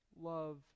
Love